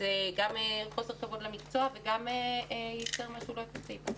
זה גם חוסר כבוד למקצוע וגם יוצר משהו לא אפקטיבי.